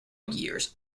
years